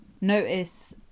notice